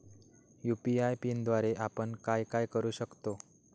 UPI पिनद्वारे आपण काय काय करु शकतो?